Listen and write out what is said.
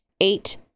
eight